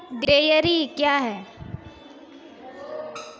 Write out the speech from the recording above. Dairy क्या हैं?